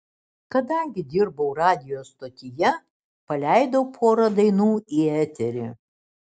kadangi dirbau radijo stotyje paleidau porą dainų į eterį